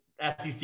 SEC